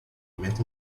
with